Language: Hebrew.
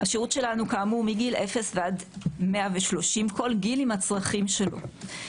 השרות שלנו כאמור מגיל 0 ועד 130. כל גיל עם הצרכים שלו.